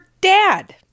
dad